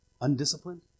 undisciplined